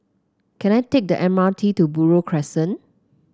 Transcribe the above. can I take the M R T to Buroh Crescent